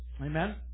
Amen